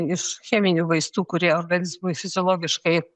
iš cheminių vaistų kurie organizmui fiziologiškai